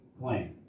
claim